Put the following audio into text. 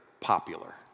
popular